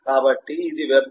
కాబట్టి ఇది web